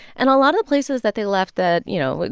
and a lot of places that they left that, you know,